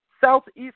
Southeast